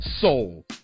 Soul